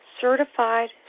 certified